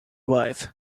wife